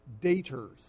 daters